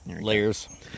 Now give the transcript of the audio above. Layers